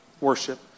worship